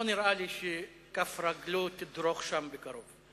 לא נראה לי שכף רגלו תדרוך שם בקרוב.